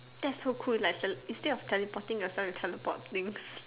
that's so cool like instead of teleporting yourself you teleport things